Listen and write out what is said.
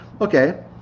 okay